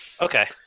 Okay